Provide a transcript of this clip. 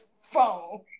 phone